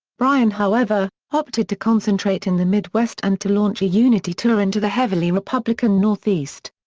bryan however, opted to concentrate in the mid-west and to launch a unity tour into the heavily republican northeast.